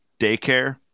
daycare